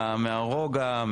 מהרוגע,